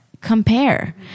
Compare